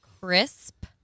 crisp